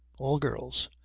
all girls.